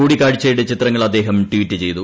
കൂടിക്കാഴ്ചയുടെ ചിത്രങ്ങൾ അദ്ദേഹം ട്വീറ്റ് ചെയ്തു